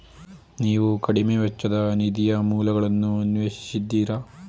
ನೀವು ಕಡಿಮೆ ವೆಚ್ಚದ ನಿಧಿಯ ಮೂಲಗಳನ್ನು ಅನ್ವೇಷಿಸಿದ್ದೀರಾ?